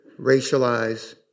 racialized